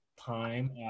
time